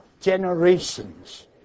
generations